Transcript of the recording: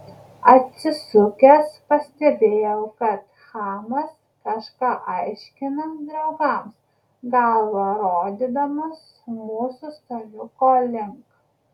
atsisukęs pastebėjau kad chamas kažką aiškina draugams galva rodydamas mūsų staliuko link